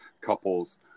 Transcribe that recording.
couples